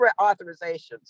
authorizations